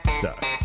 sucks